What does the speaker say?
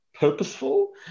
purposeful